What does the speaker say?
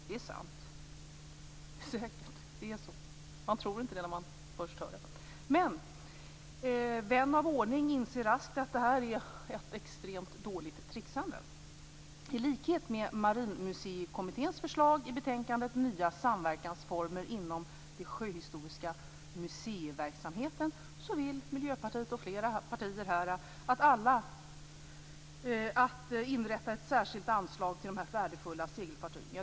Det är säkert att det är så, även om man inte tror det. Men vän av ordning inser raskt att detta är ett extremt dåligt tricksande. I likhet med Marinmuseikommitténs förslag i betänkandet Nya samverkansformer inom den sjöhistoriska museiverksamheten vill Miljöpartiet m.fl. partier här att man skall inrätta ett särskilt anslag till de värdefulla segelfartygen.